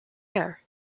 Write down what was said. air